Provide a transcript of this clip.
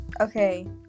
okay